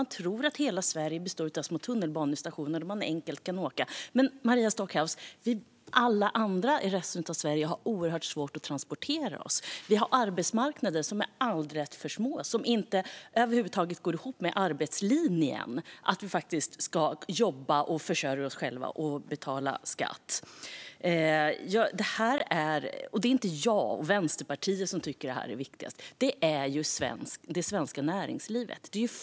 Man tror att Sverige består av små tunnelbanestationer dit alla enkelt kan åka. Men, Maria Stockhaus, alla i resten av Sverige har svårt att transportera sig och har arbetsmarknader som för små och som inte alls går ihop med arbetslinjen och att man ska försörja sig själv och betala skatt. Det är inte jag och Vänsterpartiet som tycker att detta är viktigast utan det svenska näringslivet.